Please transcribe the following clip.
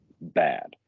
Bad